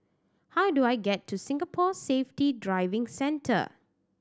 how do I get to Singapore Safety Driving Centre